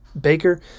Baker